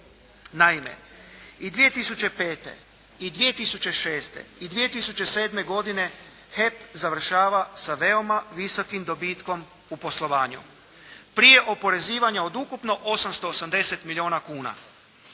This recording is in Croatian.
Naime, i 2005. i 2006. i 2007. godine HEP završava sa veoma visokim dobitkom u poslovanju, prije oporezivanja od ukupno od 880 milijuna kuna.